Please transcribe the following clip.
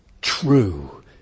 true